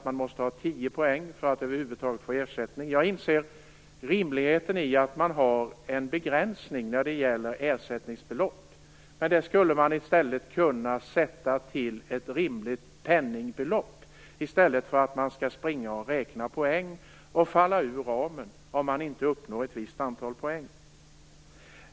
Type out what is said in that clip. Man måste ha tio poäng för att över huvud taget få ersättning. Jag inser rimligheten i att man har en begränsning när det gäller ersättningsbelopp. Men man skulle kunna ha en begränsning i form av ett rimligt penningbelopp i stället för att man skall springa och räkna poäng och falla ur ramen om man inte uppnår ett visst antal poäng.